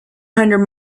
hundred